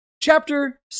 Chapter